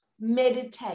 meditate